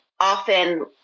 often